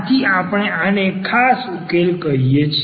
આથી આપણે આને ખાસ ઉકેલ કહી છે